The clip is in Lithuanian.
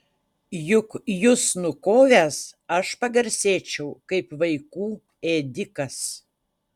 juk jus nukovęs aš pagarsėčiau kaip vaikų ėdikas